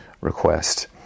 request